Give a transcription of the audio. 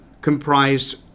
comprised